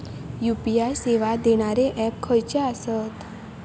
UPI सेवा देणारे app खयचे आसत?